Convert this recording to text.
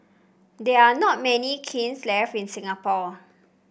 there are not many kilns left in Singapore